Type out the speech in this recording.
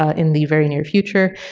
ah in the very near future.